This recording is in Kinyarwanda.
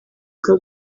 bwa